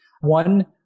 One